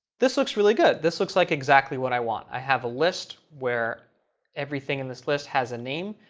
this looks really good. this looks like exactly what i want. i have a list where everything in this list has a name,